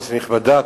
כנסת נכבדה,